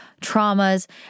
traumas